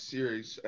Series